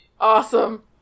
Awesome